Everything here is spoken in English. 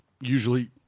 usually